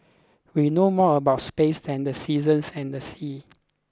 we know more about space than the seasons and the sea